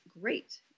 great